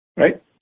Right